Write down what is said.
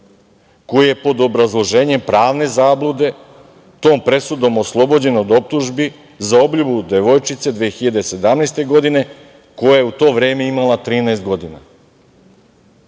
koji je pod obrazloženjem pravne zablude tom presudom oslobođen od optužbi za obljubu devojčice 2017. godine, koja je u to vreme imala 13 godina,